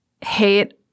hate